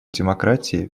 демократии